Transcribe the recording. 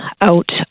out